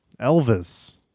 Elvis